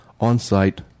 on-site